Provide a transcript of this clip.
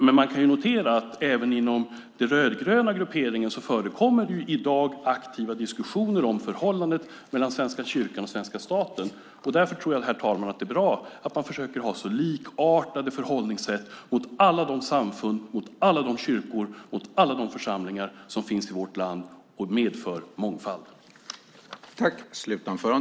Men man kan notera att det även inom den rödgröna grupperingen i dag förekommer aktiva diskussioner om förhållandet mellan Svenska kyrkan och svenska staten. Därför tror jag, herr talman, att det är bra att man försöker ha likartade förhållningssätt mot alla de samfund, kyrkor och församlingar som finns i vårt land och medför mångfald.